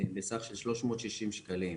בסך של 360 שקלים.